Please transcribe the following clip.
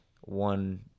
one